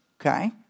Okay